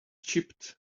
chipped